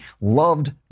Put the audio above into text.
loved